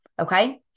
okay